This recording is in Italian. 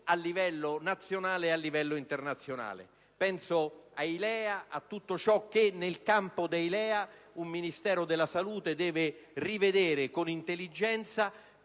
a livello nazionale ed internazionale. Penso ai LEA e a tutto ciò che nel campo dei LEA un Ministero della salute deve rivedere con intelligenza,